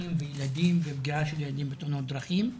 דרכים וילדים ופגיעה של ילדים בתאונות דרכים,